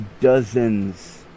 dozens